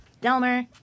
Delmer